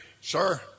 Sir